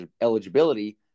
eligibility